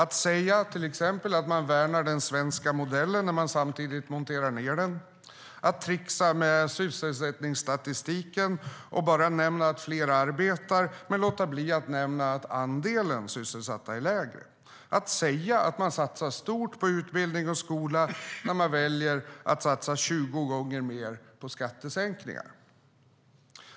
Man säger till exempel att man värnar den svenska modellen när man samtidigt monterar ned den. Man tricksar med sysselsättningsstatistiken och nämner bara att fler arbetar men låter bli att nämna att andelen sysselsatta är lägre. Man säger att man satsar stort på utbildning och skola när man väljer att satsa 20 gånger mer på skattesänkningar.